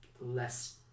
less